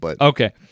okay